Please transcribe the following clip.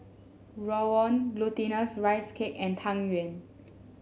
Rawon Glutinous Rice Cake and Tang Yuen